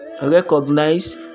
recognize